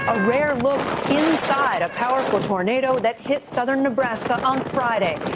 a rare look inside a powerful tornado that hit southern nebraska on friday.